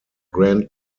grand